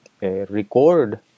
record